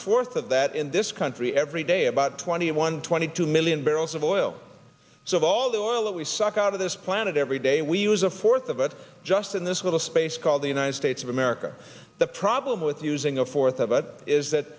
fourth of that in this country every day about twenty one twenty two million barrels of oil so of all the oil that we suck out of this planet every day we use a fourth of it just in this little space called the united states of america the problem with using a fourth of it is that